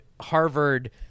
Harvard